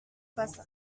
passa